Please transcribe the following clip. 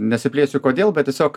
nesiplėsiu kodėl bet tiesiog